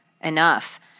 enough